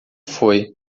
foi